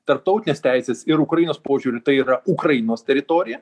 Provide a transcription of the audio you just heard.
tarptautinės teisės ir ukrainos požiūriu tai yra ukrainos teritorija